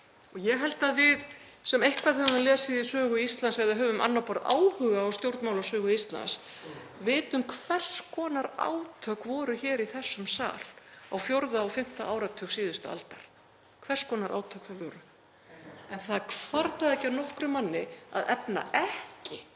Ég held að við sem eitthvað höfum lesið í sögu Íslands eða höfum á annað borð áhuga á stjórnmálasögu Íslands vitum hvers konar átök voru hér í þessum sal á fjórða og fimmta áratug síðustu aldar, hvers konar átök það voru. En það hvarflaði ekki að nokkrum manni að efna ekki